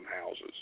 houses